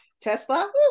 Tesla